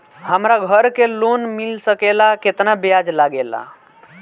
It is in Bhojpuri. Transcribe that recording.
हमरा घर के लोन मिल सकेला केतना ब्याज लागेला?